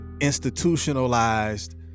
institutionalized